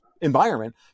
environment